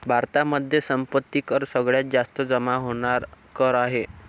भारतामध्ये संपत्ती कर सगळ्यात जास्त जमा होणार कर आहे